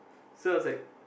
so I was like